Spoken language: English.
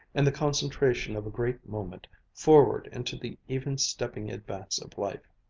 and the concentration of a great moment forward into the even-stepping advance of life.